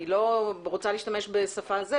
אני לא רוצה להשתמש בשפה ---,